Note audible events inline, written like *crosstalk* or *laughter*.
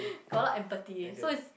*breath* got a lot empathy eh so it's